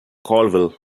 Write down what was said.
colville